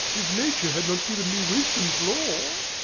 if nature had not given me wisdom's lore!